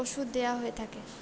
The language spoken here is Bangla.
ওষুধ দেওয়া হয়ে থাকে